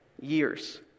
years